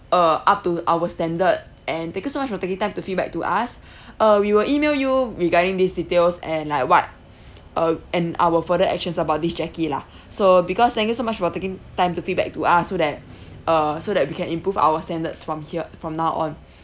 uh up to our standard and thank you so much for taking time to feedback to us uh we will email you regarding these details and like what uh and our further actions about this jackie lah so because thank you so much for taking time to feedback to us so that uh so that we can improve our standards from here from now on